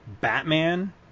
Batman